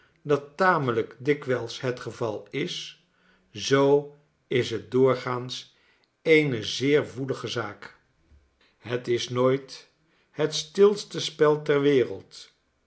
dat tamelijk dikwijls het geval is zoo is het doorgaans eene zeer woelige zaak het isnooithet stilste spel ter wereld